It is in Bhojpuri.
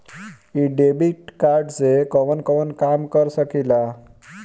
इ डेबिट कार्ड से कवन कवन काम कर सकिला?